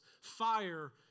fire